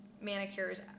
manicures